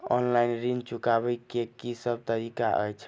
Online ऋण चुकाबै केँ की सब तरीका अछि?